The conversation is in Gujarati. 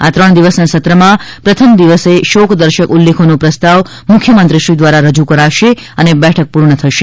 આ ત્રણ દિવસના સત્રમાં પ્રથમ દિવસે શોકદર્શક ઉલ્લેખોનો પ્રસ્તાવ મુખ્યમંત્રીશ્રી દ્વારા રજૂ કરાશે અને બેઠક પૂર્ણ થશે